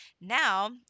now